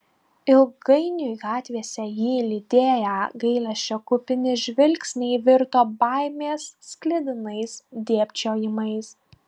ilgainiui gatvėse jį lydėję gailesčio kupini žvilgsniai virto baimės sklidinais dėbčiojimais